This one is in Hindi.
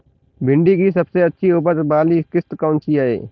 भिंडी की सबसे अच्छी उपज वाली किश्त कौन सी है?